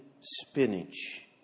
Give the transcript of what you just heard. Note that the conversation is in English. spinach